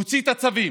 להוציא את הצווים.